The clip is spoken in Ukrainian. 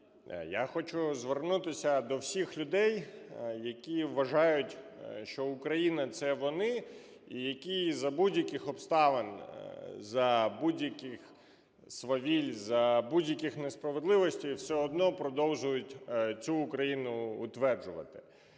Я хочу звернутися до всіх людей, які вважають, що Україна – це вони і які за будь-яких обставин, за будь-яких свавіль, за будь-яких несправедливостей все одно продовжують цю країну утверджувати.